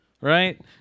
right